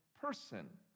person